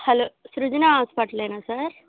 hello Srujana హాస్పటలేనా sir